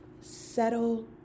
settle